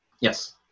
Yes